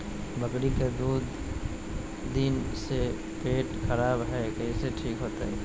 बकरी के दू दिन से पेट खराब है, कैसे ठीक होतैय?